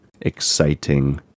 exciting